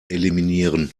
eliminieren